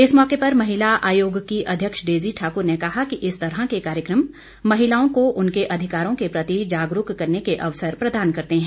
इस मौके पर महिला आयोग की अध्यक्ष डेजी ठाकुर ने कहा कि इस तरह के कार्यक्रम महिलाओं को उनके अधिकारों के प्रति जागरूक करने के अवसर प्रदान करते हैं